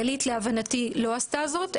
כללית לא עשתה זאת להבנתי,